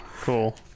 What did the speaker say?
Cool